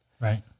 Right